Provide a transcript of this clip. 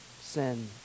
sin